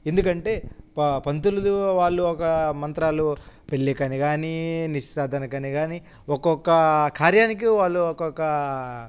ఎందుకంటే పంతులతో వాళ్ళు ఒక మంత్రాలు పెళ్ళికని కానీ నిశ్చితార్థానికని కానీ ఒక్కొక్క కార్యానికి వాళ్ళు ఒక్కొక్క